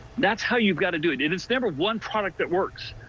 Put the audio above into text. that's how you got to do and it. it's never one product that works.